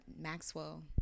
maxwell